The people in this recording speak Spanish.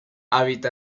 habita